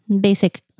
Basic